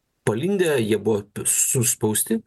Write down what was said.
palindę jie buvo suspausti